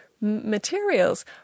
materials